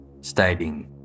stating